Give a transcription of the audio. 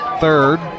third